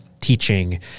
teaching